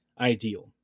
ideal